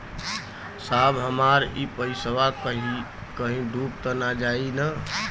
साहब हमार इ पइसवा कहि डूब त ना जाई न?